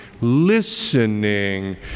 listening